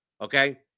Okay